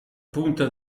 punta